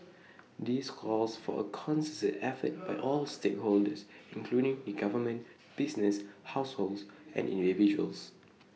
this calls for A concerted effort by all stakeholders including the government businesses households and individuals